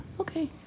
Okay